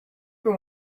been